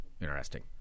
interesting